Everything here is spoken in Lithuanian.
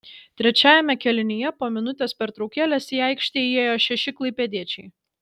trečiajame kėlinyje po minutės pertraukėlės į aikštę įėjo šeši klaipėdiečiai